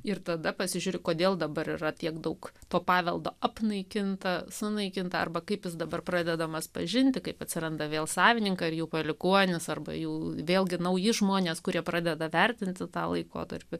ir tada pasižiūri kodėl dabar yra tiek daug to paveldo apnaikinta sunaikinta arba kaip jis dabar pradedamas pažinti kaip atsiranda vėl savininką ir jų palikuonys arba jau vėlgi nauji žmonės kurie pradeda vertinti tą laikotarpį